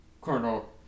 Colonel